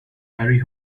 harry